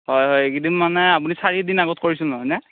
হয় হয় এইকেইদিন মানে আপুনি চাৰিদিন আগত কৰিছিল নহয় নে